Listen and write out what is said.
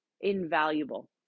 invaluable